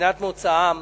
במדינת מוצאם